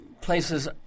places